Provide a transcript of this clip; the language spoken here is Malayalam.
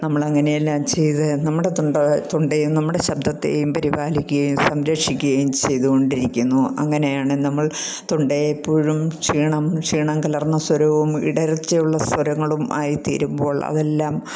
നമ്മൾ അങ്ങനെയെല്ലാം ചെയ്ത് നമ്മുടെ തൊണ്ട തൊണ്ടയേയും നമ്മുടെ ശബ്ദത്തേയും പരിപാലിക്കുവേം സംരക്ഷിക്കുവേം ചെയ്തുകൊണ്ടിരിക്കുന്നു അങ്ങനെയാണ് നമ്മൾ തൊണ്ട എപ്പോഴും ക്ഷീണം ക്ഷീണം കലർന്ന സ്വരവും ഇടർച്ച ഉള്ള സ്വരങ്ങളും ആയി തീരുമ്പോൾ അതെല്ലാം